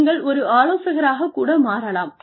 நீங்கள் ஒரு ஆலோசகராகக் கூட மாறலாம்